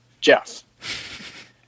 Jeff